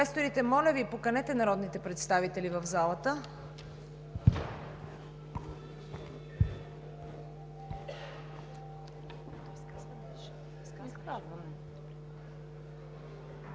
моля Ви, поканете народните представители в залата.